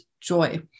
joy